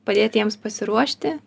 padėti jiems pasiruošti